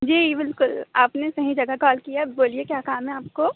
जी बिल्कुल आपने सही जगह कॉल किया है बोलिए क्या काम है आपको